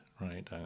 right